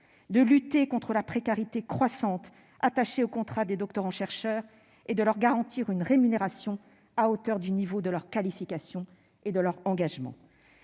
de lutter contre la précarité croissante attachée aux contrats des doctorants-chercheurs, et de leur garantir une rémunération à la hauteur du niveau de leur qualification et de leur engagement.